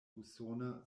usona